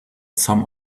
some